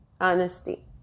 honesty